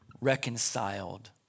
reconciled